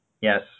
Yes